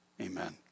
Amen